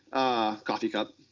a coffee cup,